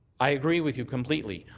i agree with you completely.